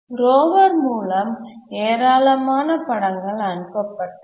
rover மூலம் ஏராளமான படங்கள் அனுப்பப்பட்டன